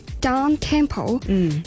down-tempo